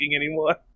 anymore